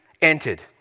entered